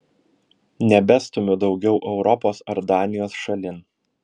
nebestumiu daugiau europos ar danijos šalin